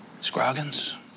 Scroggins